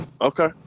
Okay